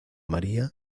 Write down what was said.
maría